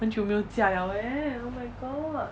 很久没有驾 liao leh oh my god